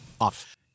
Off